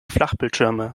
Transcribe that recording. flachbildschirme